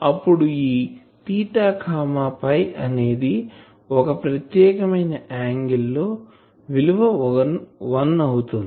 అప్పుడు ఈ అనేది ఒక ప్రత్యేకమైన యాంగిల్ లో విలువ 1 అవుతుంది